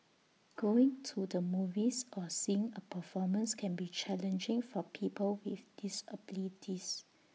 going to the movies or seeing A performance can be challenging for people with disabilities